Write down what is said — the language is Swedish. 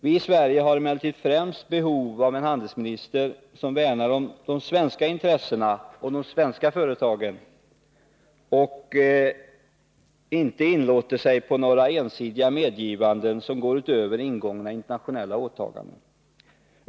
Vi i Sverige har emellertid främst behov av en handelsminister som värnar om de svenska intressena och de svenska företagen och som inte inlåter sig på några ensidiga medgivanden som går utöver gjorda internationella åtaganden.